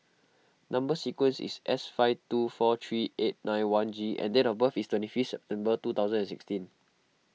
Number Sequence is S five two four three eight nine one G and date of birth is twenty fifth September two thousand and sixteen